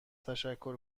تشکر